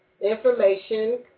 information